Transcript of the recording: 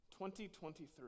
2023